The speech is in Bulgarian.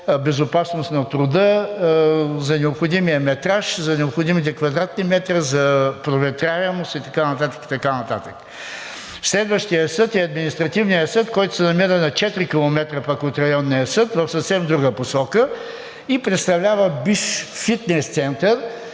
безопасност на труда – за необходимия метраж, за необходимите квадратни метра, за проветряемост и така нататък. Следващият съд е Административният съд, който се намира на четири километра пък от Районния съд, в съвсем друга посока и представлява бивш фитнес център,